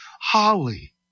Holly